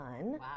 Wow